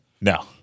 No